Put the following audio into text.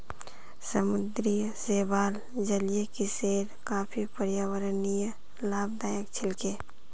समुद्री शैवाल जलीय कृषिर काफी पर्यावरणीय लाभदायक छिके